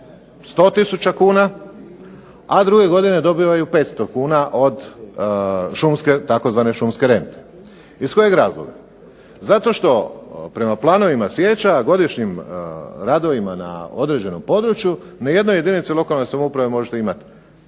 100 tisuća kuna, a druge godine dobivaju 500 kuna od šumske, tzv. šumske rente. Iz kojeg razloga? Zato što prema planovima cvijeća, godišnjim radovima na određenom području, na jednoj jedinici lokalne samouprave možete imati